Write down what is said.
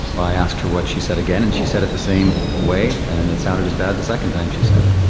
i asked her what she said again, and she said it the same way and it sounded as bad the second time she said it.